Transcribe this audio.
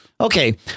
Okay